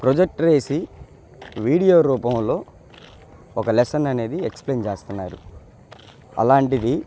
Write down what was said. projector వేసి video రూపంలో ఒక లెస్సన్ అనేది ఎక్స్ప్లైన్ చేస్తున్నారు అలాంటిది